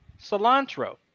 cilantro